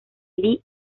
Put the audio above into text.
lee